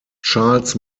charles